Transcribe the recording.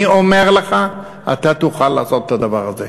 אני אומר לך, אתה תוכל לעשות את הדבר הזה.